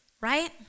right